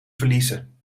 verliezen